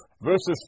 verses